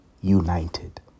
united